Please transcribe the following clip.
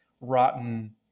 rotten